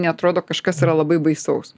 neatrodo kažkas yra labai baisaus